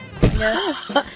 Yes